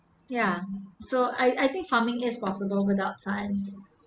ya so I I think farming is possible without science